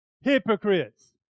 hypocrites